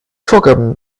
vorgaben